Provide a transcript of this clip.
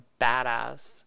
badass